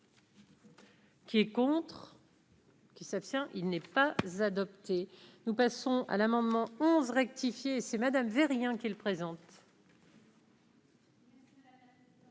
Qui est contre. Qui s'abstient, il n'est pas adopté, nous passons à l'amendement 11 rectifié c'est madame veut rien qu'il présente.